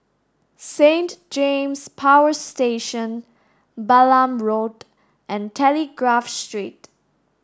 Saint James Power Station Balam Road and Telegraph Street